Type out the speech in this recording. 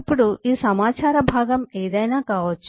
ఇప్పుడు ఈ సమాచార భాగం ఏదైనా కావచ్చు